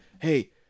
hey